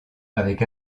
avec